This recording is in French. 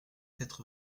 quatre